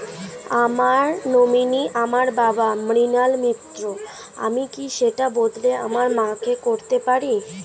আমার নমিনি আমার বাবা, মৃণাল মিত্র, আমি কি সেটা বদলে আমার মা কে করতে পারি?